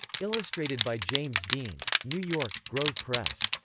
illustrated by james dean. new york grove press.